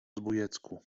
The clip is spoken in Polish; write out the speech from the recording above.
zbójecku